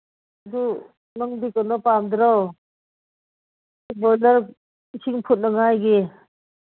ꯑꯗꯨ ꯅꯪꯗꯤ ꯀꯩꯅꯣ ꯄꯥꯝꯗ꯭ꯔꯣ ꯕꯣꯏꯂꯔ ꯏꯁꯤꯡ ꯐꯨꯠꯅꯉꯥꯏꯒꯤ